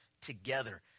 together